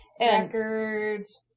Records